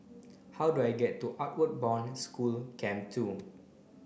how do I get to Outward Bound School Camp two